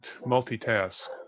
multitask